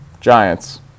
Giants